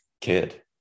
kid